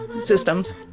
systems